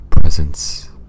presence